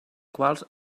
quals